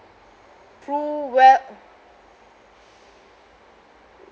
PruWealth